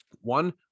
One